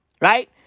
Right